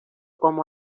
como